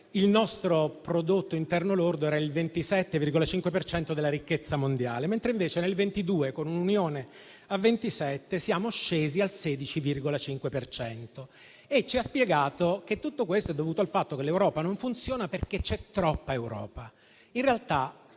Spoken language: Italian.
il nostro prodotto interno lordo era il 27,5 per cento della ricchezza mondiale, mentre nel 2022, con un'Unione a 27, siamo scesi al 16,5 per cento e ci ha spiegato che tutto questo è dovuto al fatto che l'Europa non funziona, perché c'è troppa Europa.